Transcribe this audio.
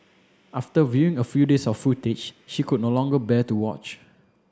after viewing a few days of footage she could no longer bear to watch